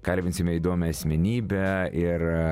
kalbinsime įdomią asmenybę ir